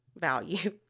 value